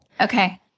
Okay